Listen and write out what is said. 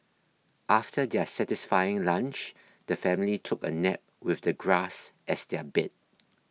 after their satisfying lunch the family took a nap with the grass as their bed